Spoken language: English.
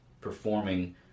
performing